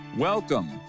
Welcome